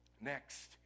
Next